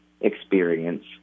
experience